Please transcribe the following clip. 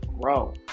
grow